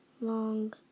long